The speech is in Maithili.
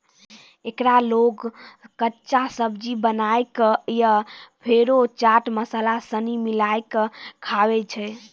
एकरा लोग कच्चा, सब्जी बनाए कय या फेरो चाट मसाला सनी मिलाकय खाबै छै